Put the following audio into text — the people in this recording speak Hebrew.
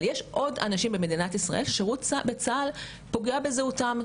אבל יש עוד אנשים במדינת ישראל ששירות בצה"ל פוגע בזהותם.